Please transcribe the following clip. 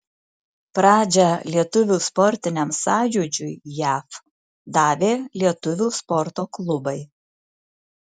pradžią lietuvių sportiniam sąjūdžiui jav davė lietuvių sporto klubai